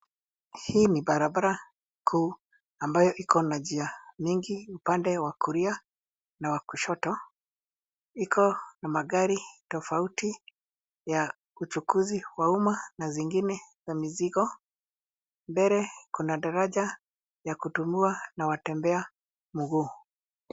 Hii ni barabara kuu ambayo iko na njia mingi upande wa kulia na kushoto. Iko na magari tofauti wa uchukuzi wa umma na zingine za mizigo. Mbele kuna daraja ya kutumiwa na watembea mguu.